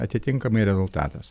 atitinkamai rezultatas